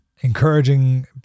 encouraging